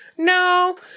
No